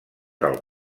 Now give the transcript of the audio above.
del